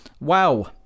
wow